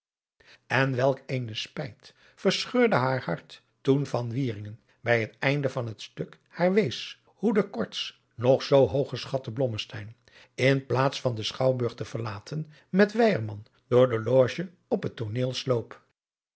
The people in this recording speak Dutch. en welk eene spijt verscheurde haar hart toen van wieringen bij het einde van het stuk haar wees hoe de korts nog zoo hoog geschatte blommesteyn in plaats van den schouwburg te verlaten met weyerman door de loge op het tooneel sloop